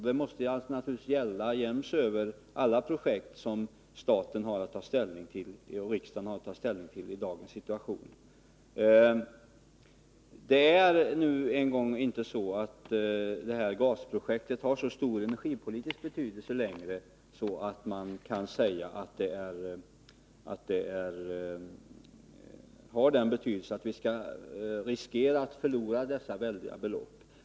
Det måste naturligtvis gälla alla de projekt som riksdagen har att ta ställning till i dagens situation. Sydgasprojektet har inte längre så stor energipolitisk betydelse att vi kan riskera att förlora dessa väldiga belopp.